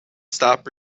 stop